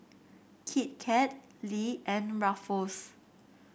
Kit Kat Lee and Ruffles